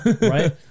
right